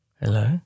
Hello